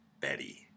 Betty